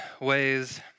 ways